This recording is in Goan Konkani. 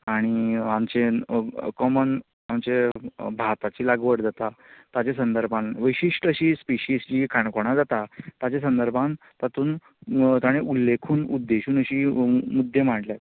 आनी आमचे कॉमन आमचे भाताची लागवड जाता ताज्या संर्दभान वैशिश्ट अशी स्पिशिश जी काणकोणा जाता ताज्या संर्दभान तातूंत ताणे उल्लेखून उद्देशून अशी मुद्दे मांडले